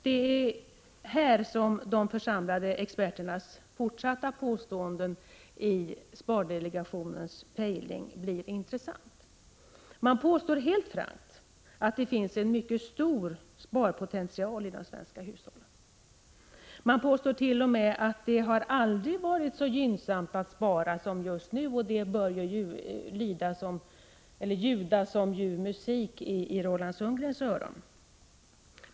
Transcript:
Det är här som de församlade experternas fortsatta påstående i spardelega Prot. 1985/86:164 tionens pejling blir intressant. Man påstår helt frankt att det finns en mycket 5 juni 1986 stor sparpotential i de svenska hushållen. Man påstår t.o.m. att det aldrig har varit så gynnsamt att spara som just nu, och det bör ljuda som ljuv musik i Roland Sundgrens öron.